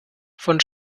von